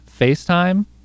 FaceTime